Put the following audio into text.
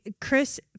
Chris